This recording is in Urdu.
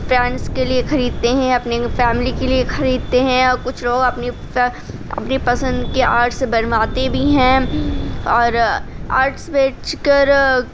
فرینڈس کے لیے خریدتے ہیں اپنی فیملی کے لیے خریدتے ہیں کچھ لوگ اپنی اپنی پسند کے آرٹس بنواتے بھی ہیں اور آرٹس بیچ کر